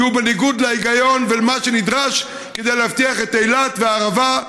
כי זה בניגוד להיגיון ולמה שנדרש כדי להבטיח את אילת והערבה,